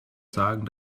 sagen